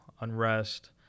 unrest